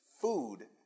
food